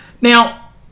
Now